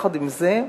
עם זה,